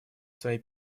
свои